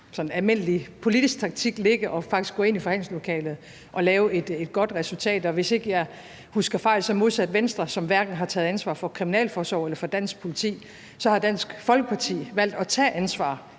almindelig politisk taktik ligge og faktisk gå ind i forhandlingslokalet og lave et godt resultat, og hvis ikke jeg husker fejl, har Dansk Folkeparti modsat Venstre, som hverken har taget ansvar for kriminalforsorg eller for dansk politi, valgt at tage ansvar